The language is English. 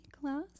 class